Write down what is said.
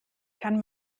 kann